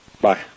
Bye